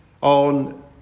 on